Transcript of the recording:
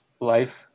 life